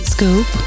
Scoop